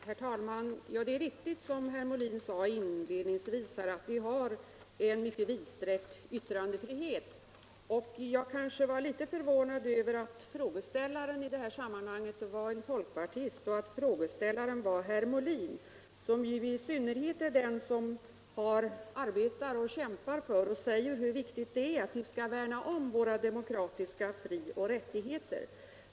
Herr talman! Det är riktigt, som herr Molin sade inledningsvis, att vi har en mycket vidsträckt yttrandefrihet. Jag var kanske litet förvånad över att frågeställaren i dettå sammanhang var en folkpartist och att det var herr Molin, som ju är den som speciellt kämpar för och bekänner sig till att vi skall värna om våra demokratiska fri och rättigheter.